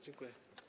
Dziękuję.